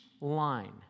line